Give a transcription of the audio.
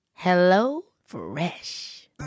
HelloFresh